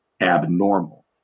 abnormal